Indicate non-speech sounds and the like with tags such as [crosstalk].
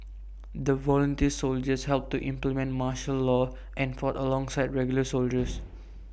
the volunteer soldiers helped to implement martial law and fought alongside regular soldiers [noise]